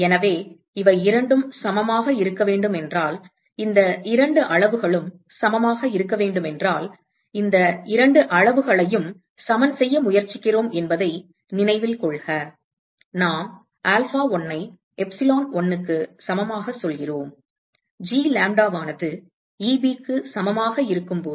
எனவே இவை இரண்டும் சமமாக இருக்க வேண்டும் என்றால் இந்த இரண்டு அளவுகளும் சமமாக இருக்க வேண்டும் என்றால் இந்த இரண்டு அளவுகளையும் சமன் செய்ய முயற்சிக்கிறோம் என்பதை நினைவில் கொள்க நாம் alpha1 ஐ எப்சிலோன் 1 க்கு சமமாகச் சொல்கிறோம் G lambda ஆனது Eb க்கு சமமாக இருக்கும் போது